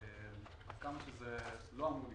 ועד כמה שזה לא אמור לקרות,